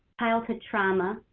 childhood trauma,